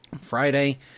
Friday